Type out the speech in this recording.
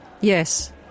Yes